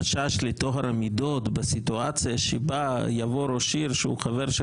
חשש לטוהר הזאת בסיטואציה שבה יבוא ראש עיר שהוא חבר של